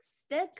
stick